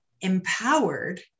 empowered